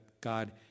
God